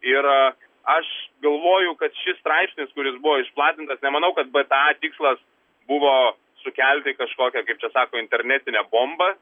ir aš galvoju kad šis straipsnis kuris buvo išplatintas nemanau kad bta tikslas buvo sukelti kažkokią kaip čia sako internetinę bombą